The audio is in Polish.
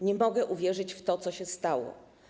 Nie mogę uwierzyć w to, co się stało.